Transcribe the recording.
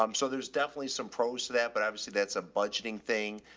um so there's definitely some pros to that, but obviously that's a budgeting thing.